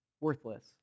worthless